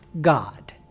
God